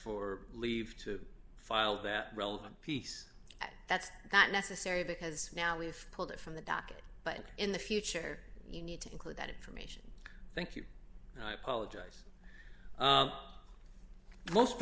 for leave to file that relevant piece that's not necessary because now we've pulled it from the docket but in the future you need to include that information thank you apologize most